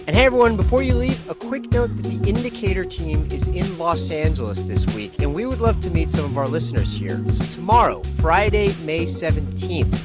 and hey, everyone. before you leave, a quick note that the indicator is los angeles this week. and we would love to meet some of our listeners here. so tomorrow, friday, may seventeen,